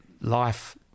life